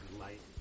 light